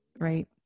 right